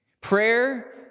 Prayer